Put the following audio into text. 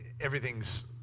everything's